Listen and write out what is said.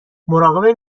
مراقب